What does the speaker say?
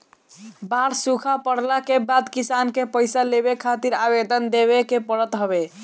बाढ़ सुखा पड़ला के बाद किसान के पईसा लेवे खातिर आवेदन देवे के पड़त हवे